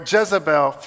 Jezebel